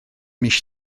mis